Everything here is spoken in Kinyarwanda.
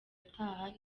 ataha